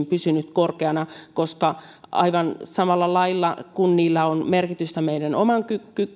pysynyt korkeana koska aivan samalla lailla kuin niillä on merkitystä meidän omaan